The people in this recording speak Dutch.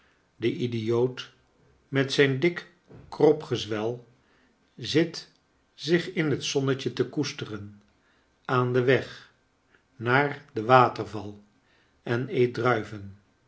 de idioot met zijn dik kropgezwel zit zich in het zonnetje te koesteren aan den weg naar den waterval en eet druiven